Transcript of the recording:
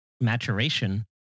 maturation